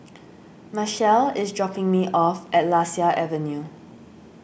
Machelle is dropping me off at Lasia Avenue